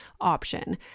option